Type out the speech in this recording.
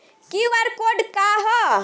QR code का ह?